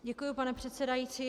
Děkuji, pane předsedající.